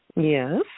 Yes